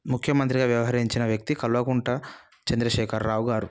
ముఖ్యమంత్రిగా వ్యవహరించిన వ్యక్తి కల్వకుంట్ల చంద్రశేఖర్రావు గారు